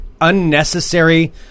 unnecessary